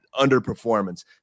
underperformance